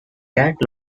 cat